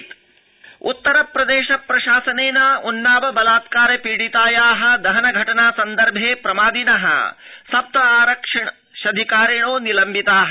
उत्तरप्रदेशप्रशासनम् उन्नाव उत्तरप्रदेश प्रशासनेन उन्नाव बलात्कार पीडिताया दहन घटना सन्दर्भे प्रमादिन सप्त आरक्ष्यधिकारिणो निलम्बिता